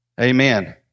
Amen